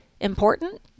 important